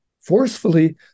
Forcefully